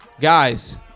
guys